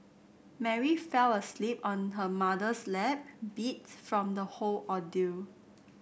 Mary fell asleep on her mother's lap beat from the whole ordeal